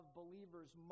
believers